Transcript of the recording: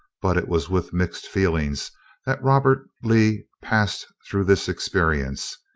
but it was with mixed feelings that robert lee passed through this experience.